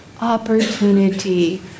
opportunity